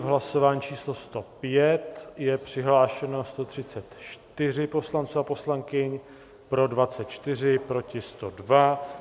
Hlasování číslo 105, je přihlášeno 134 poslanců a poslankyň, pro 24, proti 102.